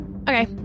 Okay